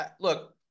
Look